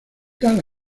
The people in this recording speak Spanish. tal